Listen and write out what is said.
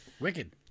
Wicked